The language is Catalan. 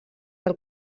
del